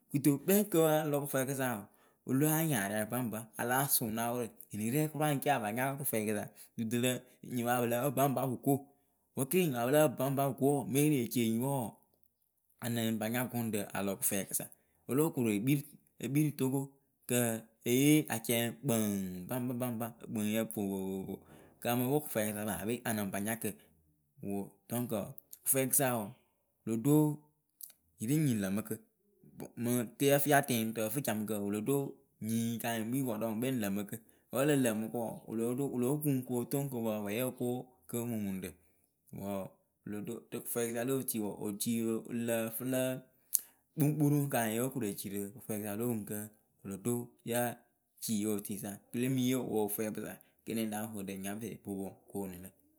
kɨto kpɛŋ kɨ alɔ kɨfwɛɛkɨsa wɔɔ o láa nyaria baŋba a láa sʊ nawʊrǝ enirɛ kʊra ecapanya kɨfwɛɛkɨsa dudurǝ enyipǝ a pɨ lǝ́ǝ baŋba pɨ ko wǝke nyipǝ a pɨ lǝ́ǝ pɨ baŋba pɨ ko wɔɔ mɨŋ e lee ci enyipǝ wɔɔ anɨŋ pa nya gʊŋɖǝ a lɔ kɨfwɛɛkɨ sa olo koru ekpii rɨ Togo kɨ eyee acɛŋyǝ kpɨŋ baŋba baŋba ǝkpɨŋyǝ vovovovoka mɨ pɨ kɨfwɛɛkɨsa paape a lɨŋ pa nya kɨ wʊ dɔŋkǝ kɨfwɛɛkɨsa wɔɔ. wɨlo ɖo nyiriŋnyi ŋ lǝmɨ kǝ mɨŋ kɨ yǝ fɨ ya tɛŋ rɨ ǝfɨcamɨkǝ wɨlo ɖo nyi kanyɩ ŋ kpii vɔɖǝ kanyɩ ŋwɨ kpɛ ŋ lǝmɨkɨ wǝ ǝ lq lǝmɨ kɨ wɔɔ wɨ lóo kuŋ ka pa pwɛyɩ oko gɨŋmumuŋɖǝ wǝ wɨlo ɖo rɨ kɨfwɛɛkɨ sa lotui wɔɔ oti wɨ lǝ fɨ lǝ kpuŋkpuruŋ kanyɩ yǝ koro eci rɨ kɨfwɛɛkɨ sa lo oŋwuŋkǝ wɨlo ɖo ya ci yotisa kele mɨ yee wʊ wɨfwɛɛkpɨsa kɩnɩŋ lǎ vɔɖǝ nyafɛ bo poŋ goonu lǝ.